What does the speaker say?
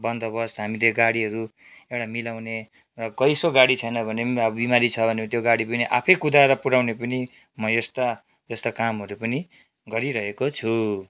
बन्दोबस्त हामीले गाडीहरू एउटा मिलाउने र कसैको गाडी छैन भने पनि अब बिमारी छ भने त्यो गाडी पनि आफै कुदाएर पुर्याउने पनि मो यस्ता यस्ता कामहरू पनि गरिरहेको छु